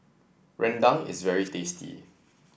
Rendang is very tasty